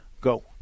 Go